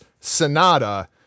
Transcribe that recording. Sonata